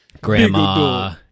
Grandma